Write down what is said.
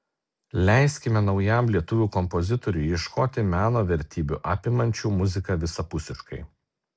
leiskime naujam lietuvių kompozitoriui ieškoti meno vertybių apimančių muziką visapusiškai